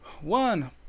one